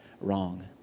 wrong